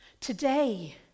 Today